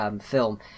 film